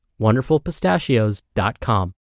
wonderfulpistachios.com